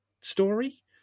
story